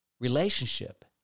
relationship